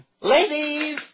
Ladies